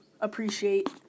appreciate